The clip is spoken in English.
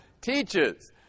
teaches